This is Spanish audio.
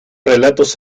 relatos